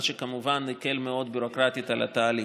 מה שכמובן הקל מאוד ביורוקרטית על התהליך.